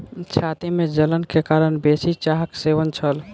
छाती में जलन के कारण बेसी चाहक सेवन छल